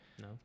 No